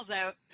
out